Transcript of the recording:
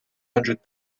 hundred